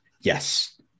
Yes